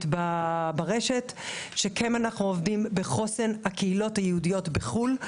ברשת ועובדים בחוסן הקהילות היהודיות בחו"ל,